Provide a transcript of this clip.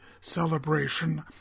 celebration